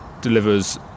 delivers